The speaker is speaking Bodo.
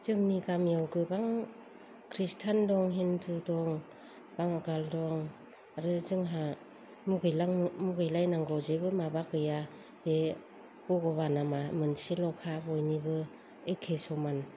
जोंनि गामियाव गोबां खृष्टान दं हिन्दु दं बांगाल दं आरो जोंहा मुगैलायनांगौ जेबो माबा गैया बे भगबाना मोनसेल'खा बयबो एखे समान